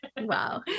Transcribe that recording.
Wow